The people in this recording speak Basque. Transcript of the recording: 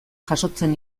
jasotzen